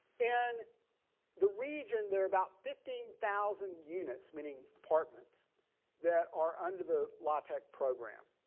in the region there about fifteen thousand units meaning apartments that are under the la tech program.